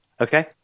Okay